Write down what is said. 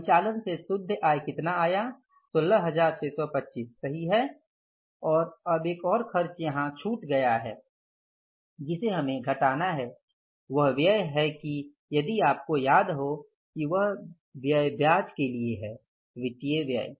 परिचालन से शुद्ध आय कितना आया 16625 सही है और अब एक और खर्च यहाँ छुट गया है जिसे हमें घटाना है वह व्यय यह है कि यदि आपको याद है कि यह व्यय ब्याज के लिए है वित्तीय व्यय